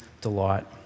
delight